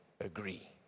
agree